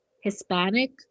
Hispanic